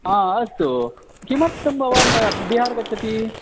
अ अस्तु किमर्थं भवान् बिहार गच्छति